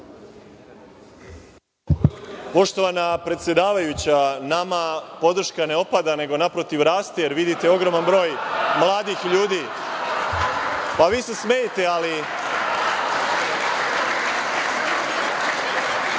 Poštovana predsedavajuća, nama podrška ne opada nego, naprotiv, raste jer vidite ogroman broj mladih ljudi. Pa vi se smejte, vi